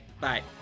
bye